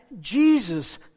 Jesus